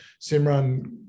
Simran